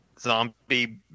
Zombie